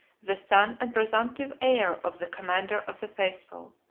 the son and presumptive heir of the commander of the faithful.